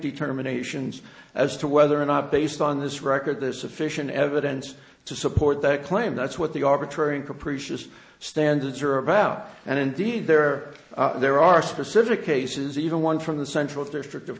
determinations as to whether or not based on this record this sufficient evidence to support their claim that's what the arbitrary and capricious standards are about and indeed there there are specific cases even one from the central district of